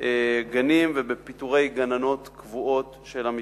גנים ובפיטורי גננות קבועות של המשרד.